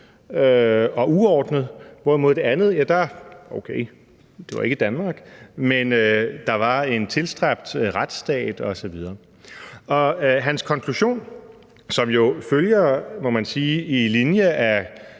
og uordnet, hvorimod det andet – okay, det var ikke Danmark – havde en tilstræbt retsstat osv.? Og hans konklusion, som, må man sige, også